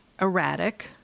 erratic